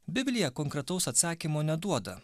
biblija konkretaus atsakymo neduoda